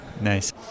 Nice